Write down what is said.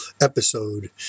episode